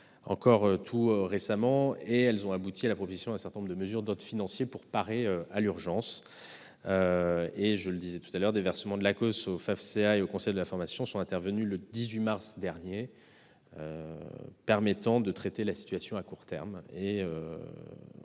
encore tout récemment. Elles ont abouti à proposer un certain nombre de mesures d'ordre financier pour parer à l'urgence. Comme je le disais précédemment, des versements de l'Acoss au Fafcea et aux conseils de la formation sont intervenus le 18 mars dernier, permettant de traiter la situation à court terme.